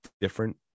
different